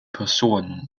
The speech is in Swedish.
person